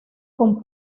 con